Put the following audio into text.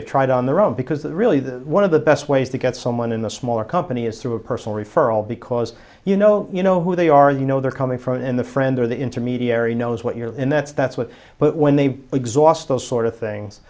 they tried on their own because the really the one of the best ways to get someone in a smaller company is through a personal referral because you know you know who they are you know they're coming from in the friend or the intermediary knows what you're in that's that's what but when they exhaust those sort of things